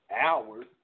hours